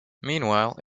meanwhile